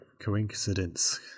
Coincidence